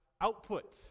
output